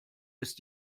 ist